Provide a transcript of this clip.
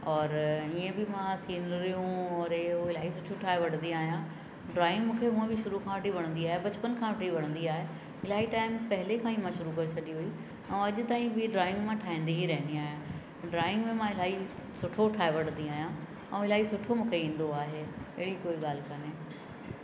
औरि ईअं बि मां सीनरियूं और इहे उहो इलाही सुठी ठाहे वठंदी आहियां ड्रॉइंग मूंखे हूअं बि शुरू खां वठी वणंदी आहे बचपन खां वठी वणंदी आहे इलाही टाइम पेहले खां ई मां शुरू करे छॾी हुई ऐं अॼ ताईं बि ड्रॉइंग मां ठाहींदी ई रहंदी आहियां ड्रॉइंग में मां इलाही सुठो ठाहे वठंदी आहियां ऐं इलाही सुठो मूंखे ईंदो आहे अहिड़ी कोई ॻाल्हि कोन्हे